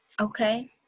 okay